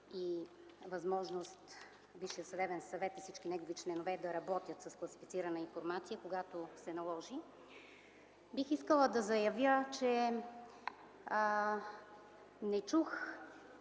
и възможност Висшият съдебен съвет, всички негови членове да работят с класифицирана информация, когато се наложи. Бих искала да заявя, че не чух